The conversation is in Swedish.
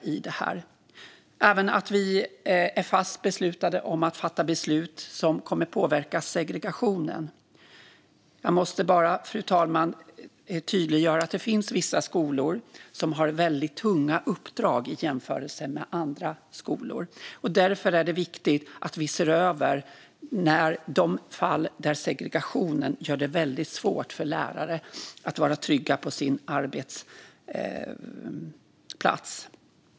Vi är också fast beslutna om att fatta beslut som kommer att påverka segregationen. Fru talman! Låt mig dock tydliggöra att det finns vissa skolor som har väldigt tunga uppdrag i jämförelse med andra. Därför är det viktigt att vi ser över de fall då segregationen gör det svårt för lärare att vara trygga på sin arbetsplats.